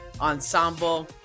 ensemble